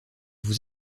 vous